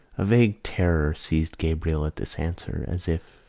a vague terror seized gabriel at this answer, as if,